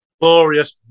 Glorious